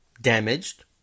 damaged